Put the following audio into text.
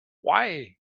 why